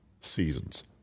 seasons